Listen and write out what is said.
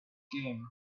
came